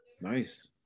Nice